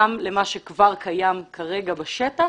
גם למה שכבר קיים כרגע בשטח,